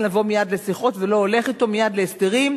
לבוא מייד לשיחות ולא הולך אתו מייד להסדרים,